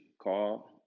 Call